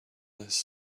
less